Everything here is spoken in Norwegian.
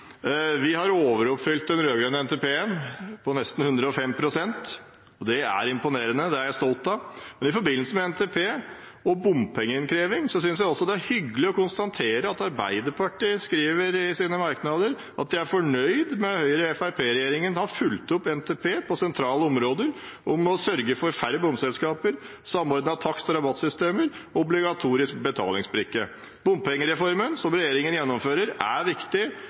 Vi har overoppfylt den rød-grønne NTP-en med nesten 105 pst. Det er imponerende, og det er jeg stolt av. Men i forbindelse med NTP og bompengeinnkreving synes jeg også det er hyggelig å konstatere at Arbeiderpartiet skriver i sine merknader at de er fornøyd med at Høyre–Fremskrittsparti-regjeringen har fulgt opp NTP på sentrale områder, som å sørge for færre bomselskaper, samordning av takst- og rabattsystemer og obligatorisk betalingsbrikke. Bompengereformen som regjeringen gjennomfører, er viktig,